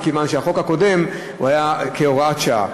מכיוון שהחוק הקודם היה הוראת שעה.